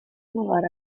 novara